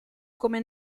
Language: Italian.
come